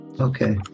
okay